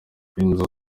inzu